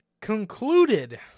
concluded